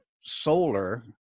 solar